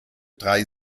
drei